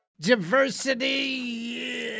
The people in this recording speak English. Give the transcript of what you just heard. Diversity